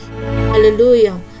hallelujah